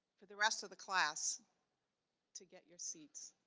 for the rest of the class to get your seats.